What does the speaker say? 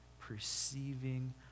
perceiving